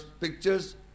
pictures